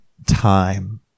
time